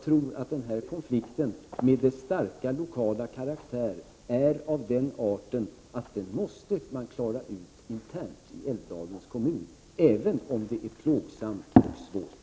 Denna konflikt, med dess starka lokala karaktär, är av den arten att den måste lösas internt i Älvdalens kommun — även om detta är plågsamt och svårt.